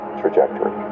trajectory